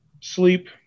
sleep